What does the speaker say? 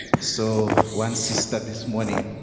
so one sister this morning